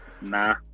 Nah